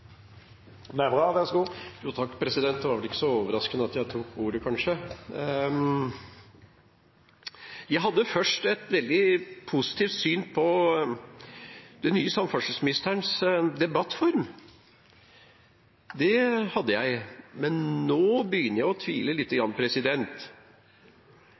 Det var vel ikke så overraskende at jeg tok ordet. Jeg hadde først et veldig positivt syn på den nye samferdselsministerens debattform, det hadde jeg, men nå begynner jeg å tvile lite